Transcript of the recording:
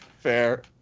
fair